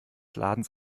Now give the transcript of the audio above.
ladens